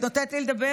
את נותנת לי לדבר,